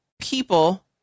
people